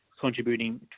contributing